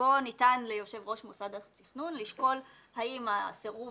ובו ניתן ליושב-ראש מוסד התכנון לשקול האם הסירוב